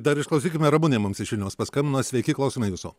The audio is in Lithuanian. dar išklausykime ramunė mums iš vilniaus paskambino sveiki klausome jūsų